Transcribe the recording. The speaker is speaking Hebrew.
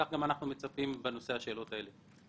כך אנחנו מצפים גם מהשאלות כאן.